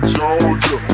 Georgia